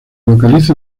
localiza